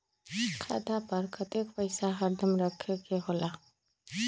खाता पर कतेक पैसा हरदम रखखे के होला?